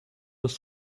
das